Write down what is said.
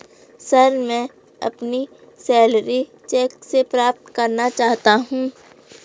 sir, मैं अपनी salary cheque से प्राप्त करना चाहता हूं